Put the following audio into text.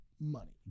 money